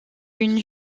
une